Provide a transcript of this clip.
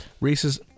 Reese's